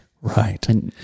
Right